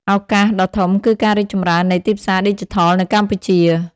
ឱកាស ដ៏ធំគឺការរីកចម្រើននៃទីផ្សារឌីជីថលនៅកម្ពុជា។